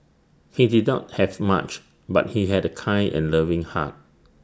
he did not have much but he had A kind and loving heart